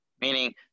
meaning